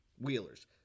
Wheelers